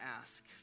ask